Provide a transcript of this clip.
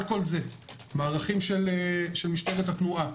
על כל זה, מערכים של משטרת התנועה.